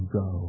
go